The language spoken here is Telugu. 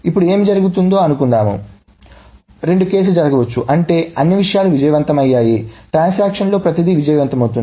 ఇప్పుడు ఏమి జరుగుతుందో అనుకుందాం రెండు కేసులు జరగవచ్చు అంటే అన్ని విషయాలు విజయవంతమయ్యాయిట్రాన్సాక్షన్ లో ప్రతిదీ విజయవంతమవుతోంది